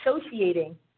associating